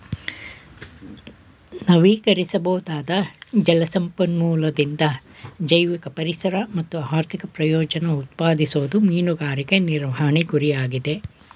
ನವೀಕರಿಸಬೊದಾದ ಜಲ ಸಂಪನ್ಮೂಲದಿಂದ ಜೈವಿಕ ಪರಿಸರ ಮತ್ತು ಆರ್ಥಿಕ ಪ್ರಯೋಜನನ ಉತ್ಪಾದಿಸೋದು ಮೀನುಗಾರಿಕೆ ನಿರ್ವಹಣೆ ಗುರಿಯಾಗಿದೆ